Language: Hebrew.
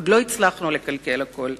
עוד לא הצלחנו לקלקל הכול.